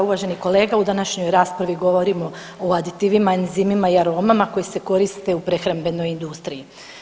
Uvaženi kolega, u današnjoj raspravi govorimo o aditivima, enzimima i aromama koje se koriste u prehrambenoj industriji.